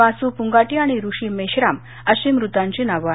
मासू पुंगाटी आणि ऋषी मेश्राम अशी मृतांची नावे आहेत